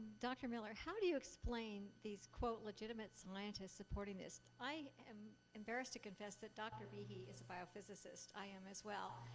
dr. miller, how do you explain these quote legitimate scientists supporting this? i am embarrassed to confess that dr. behe is a biophysicist. i am as well.